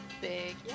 Big